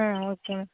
ah okay ma'am